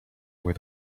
where